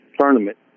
tournament